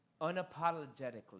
Unapologetically